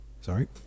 Sorry